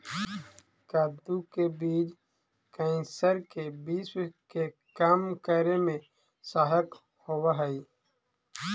कद्दू के बीज कैंसर के विश्व के कम करे में सहायक होवऽ हइ